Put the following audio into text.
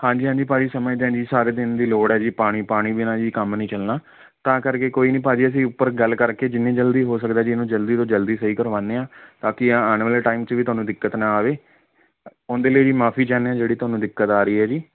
ਹਾਂਜੀ ਹਾਂਜੀ ਭਾਅ ਜੀ ਸਮਝਦੇ ਹਾਂ ਜੀ ਸਾਰੇ ਦਿਨ ਦੀ ਲੋੜ ਹੈ ਜੀ ਪਾਣੀ ਪਾਣੀ ਬਿਨਾਂ ਜੀ ਕੰਮ ਨਹੀਂ ਚੱਲਣਾ ਤਾਂ ਕਰਕੇ ਕੋਈ ਨਹੀਂ ਭਾਅ ਜੀ ਅਸੀਂ ਉੱਪਰ ਗੱਲ ਕਰਕੇ ਜਿੰਨੀ ਜਲਦੀ ਹੋ ਸਕਦਾ ਜੀ ਇਹਨੂੰ ਜਲਦੀ ਤੋਂ ਜਲਦੀ ਸਹੀ ਕਰਵਾਉਂਦੇ ਹਾਂ ਤਾਂ ਕਿ ਆਉਣ ਵਾਲੇ ਟਾਈਮ 'ਚ ਵੀ ਤੁਹਾਨੂੰ ਦਿੱਕਤ ਨਾ ਆਵੇ ਉਹਦੇ ਲਈ ਜੀ ਮਾਫੀ ਚਾਹਦੇ ਆ ਜਿਹੜੀ ਤੁਹਾਨੂੰ ਦਿੱਕਤ ਆ ਰਹੀ ਹੈ ਜੀ